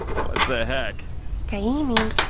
what the heck hey amy?